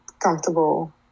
comfortable